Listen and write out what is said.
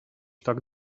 tak